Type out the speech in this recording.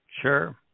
Sure